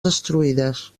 destruïdes